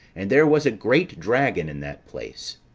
and there was a great dragon in that place,